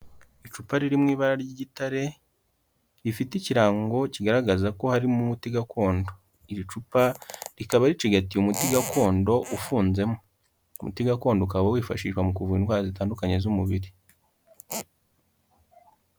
Icupa riri mu ibara ry'igitare rifite ikirango kigaragaza ko harimo umuti gakondo, iri cupa rikaba ricigatiye umuti gakondo ufunzemo, umuti gakondo ukaba wifashishwa mu kuvura indwara zitandukanye z'umubiri.